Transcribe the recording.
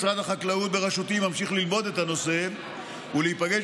משרד החקלאות בראשותי ממשיך ללמוד את הנושא ולהיפגש